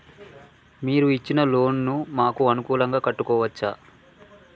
మీరు ఇచ్చిన లోన్ ను మాకు అనుకూలంగా కట్టుకోవచ్చా?